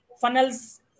funnels